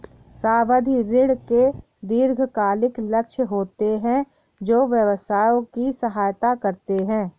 सावधि ऋण के दीर्घकालिक लक्ष्य होते हैं जो व्यवसायों की सहायता करते हैं